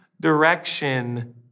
direction